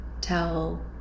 tell